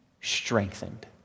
strengthened